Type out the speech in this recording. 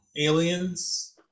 Aliens